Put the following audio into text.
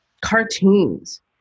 cartoons